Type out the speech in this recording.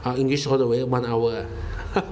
oh english all the way one hour ah